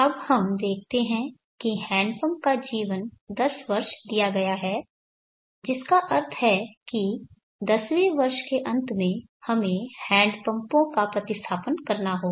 अब हम देखते हैं कि हैंडपंप का एक जीवन 10 वर्ष दिया गया है जिसका अर्थ है कि 10वें वर्ष के अंत में हमें हैंडपंपों का प्रतिस्थापन करना होगा